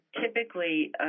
typically